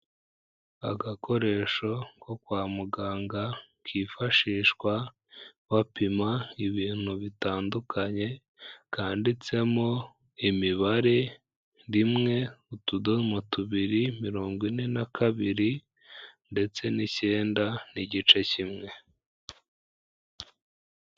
Agakoresho ko kwa muganga kifashishwa bapima ibintu bitandukanye, kanditsemo imibare rimwe, utudomo tubiri, mirongo ine na kabiri ndetse n'icyenda n'igice kimwe.